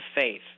faith